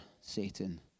Satan